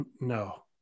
no